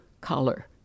color